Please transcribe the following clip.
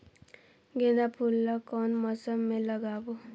गेंदा फूल ल कौन मौसम मे लगाबो?